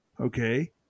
okay